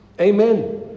amen